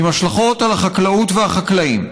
עם השלכות על החקלאות והחקלאים,